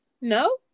No